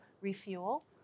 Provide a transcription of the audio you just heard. refuel